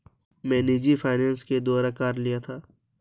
मैं निजी फ़ाइनेंस के द्वारा कार लिया था